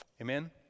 Amen